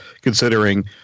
considering